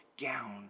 gown